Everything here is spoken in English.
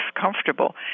comfortable